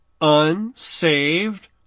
Unsaved